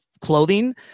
clothing